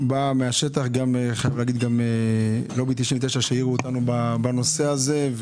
באה מן השטח, גם מלובי 99 שהעירו אותנו בנושא הזה.